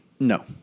No